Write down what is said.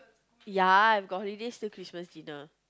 yeah I am got holiday still Christmas dinner